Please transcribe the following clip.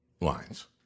lines